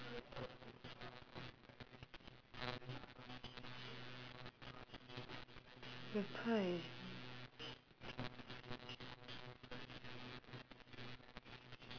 that's why